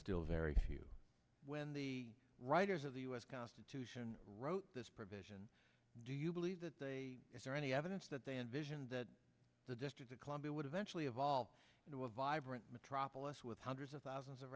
still very few when the writers of the us constitution wrote this provision do you believe that they is there any evidence that they envisioned that the district of columbia would eventually evolve into a vibrant metropolis with hundreds of thousands of